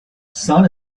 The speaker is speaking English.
sun